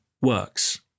works